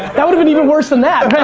that woulda been even worse than that,